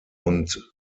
und